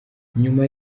nyuma